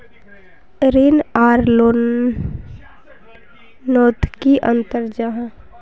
ऋण आर लोन नोत की अंतर जाहा?